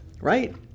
Right